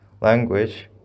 language